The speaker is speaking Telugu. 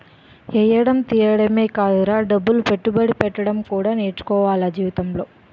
ఎయ్యడం తియ్యడమే కాదురా డబ్బులు పెట్టుబడి పెట్టడం కూడా నేర్చుకోవాల జీవితంలో